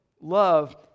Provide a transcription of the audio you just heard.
love